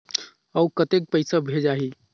अउ कतेक पइसा भेजाही?